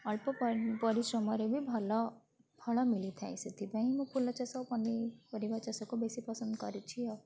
ଅଳ୍ପ ପରିଶ୍ରମରେ ବି ଭଲ ଫଳ ମିଳିଥାଏ ସେଥିପାଇଁ ମୁଁ ଫୁଲ ଚାଷ ପନିପରିବା ଚାଷକୁ ବେଶୀ ପସନ୍ଦ କରିଛି ଆଉ